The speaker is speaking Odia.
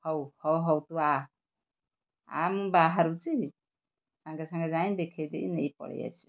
ହଉ ହଉ ହଉ ତୁ ଆ ମୁଁ ବାହାରୁଛି ସାଙ୍ଗେ ସାଙ୍ଗେ ଯାଇ ଦେଖେଇ ଦେଇ ନେଇ ପଳେଇଆସିବା